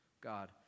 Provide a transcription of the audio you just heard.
God